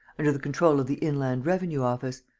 under the control of the inland revenue office?